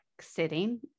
sitting